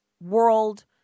world